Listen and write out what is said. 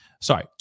Sorry